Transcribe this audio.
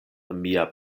mia